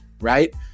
right